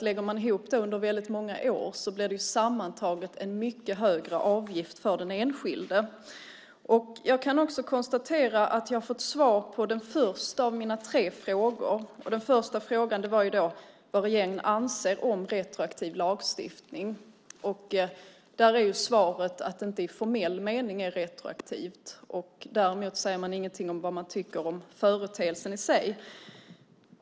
Lägger man ihop det under väldigt många år blir det sammantaget en mycket högre avgift för den enskilde. Jag kan konstatera att jag har fått svar på den första av mina tre frågor. Den första frågan var vad regeringen anser om retroaktiv lagstiftning. Där är svaret att det inte i formell mening är retroaktivt. Däremot säger man ingenting om vad man tycker om företeelsen i sig.